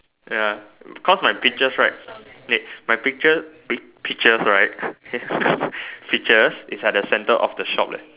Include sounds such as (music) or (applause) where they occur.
ya because my pictures right my picture pictures right has (laughs) pictures is at the centre of the shop leh